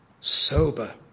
Sober